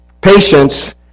Patience